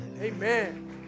Amen